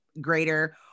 greater